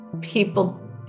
people